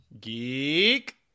Geek